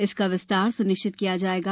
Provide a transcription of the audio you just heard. इसका विस्तार सुनिश्चित किया जाएगा